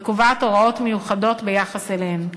וקובעת הוראות מיוחדות ביחס אליהם.